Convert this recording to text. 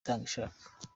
itangishaka